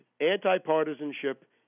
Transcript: anti-partisanship